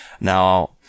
Now